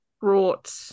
brought